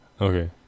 Okay